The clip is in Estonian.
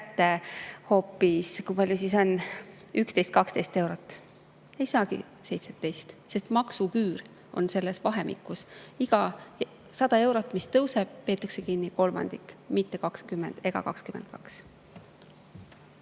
kätte hoopis – kui palju see siis on? – 11 või 12 eurot. Ei saagi 17 eurot, sest maksuküür on selles vahemikus. Igalt 100 eurolt, mis tõuseb, peetakse kinni kolmandik, mitte 20% ega 22%.